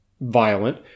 violent